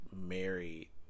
married